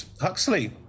Huxley